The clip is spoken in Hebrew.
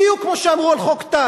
בדיוק כמו שאמרו על חוק טל,